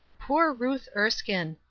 poor ruth erskine!